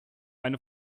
eine